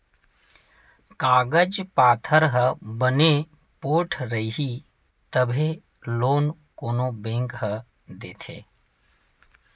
कागज पाथर ह बने पोठ रइही तभे लोन कोनो बेंक ह देथे